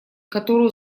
которую